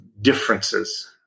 differences